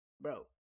bro